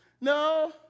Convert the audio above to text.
No